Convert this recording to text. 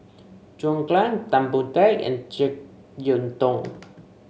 John Clang Tan Boon Teik and JeK Yeun Thong